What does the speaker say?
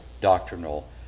doctrinal